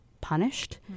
punished